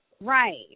right